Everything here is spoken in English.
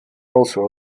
also